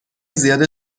زیاد